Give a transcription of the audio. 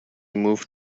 moved